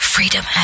Freedom